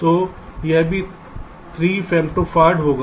तो यह भी 3 फेमटॉफर्ड होगा